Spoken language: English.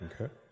Okay